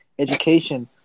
Education